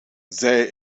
zij